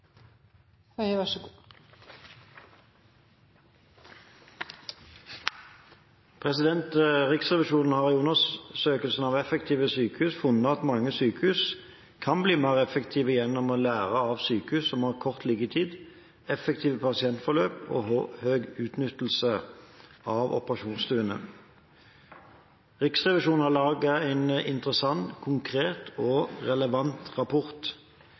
Riksrevisjonen har i undersøkelsen av effektive sykehus funnet at mange sykehus kan bli mer effektive gjennom å lære av sykehus som har kort liggetid, effektive pasientforløp og høy utnyttelse av operasjonsstuene. Riksrevisjonen har laget en interessant, konkret og relevant rapport.